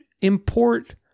import